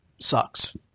sucks